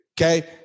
okay